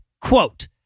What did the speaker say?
Quote